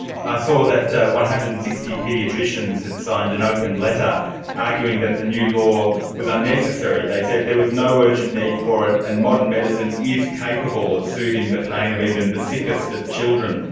i saw that one hundred and sixty paediatricians had signed an open letter arguing that the new law was unnecessary. they said there was no urgent need for it and modern medicine is capable of soothing the pain of even the sickest of children.